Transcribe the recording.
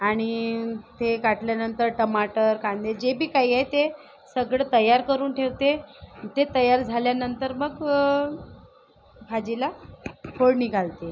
आणि ते काटल्यानंतर टमाटर कांदे जे बी काही आहे ते सगळं तयार करून ठेवते ते तयार झाल्यानंतर मग भाजीला फोडणी घालते